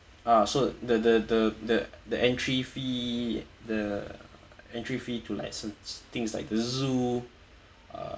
ah so the the the the the entry fee the entry fee to like things like the zoo uh